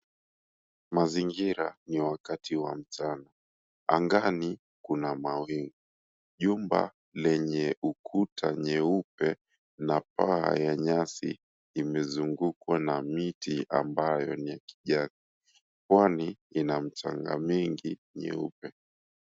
Mazingira ni wakati wa mchana. Angani kuna mawimgu. Jumba lenye ukuta nyeupe na paa ya nyasi imezungukwa na miti ambayo ni ya kijani. Pwani ina mchanga mingi nyeupe.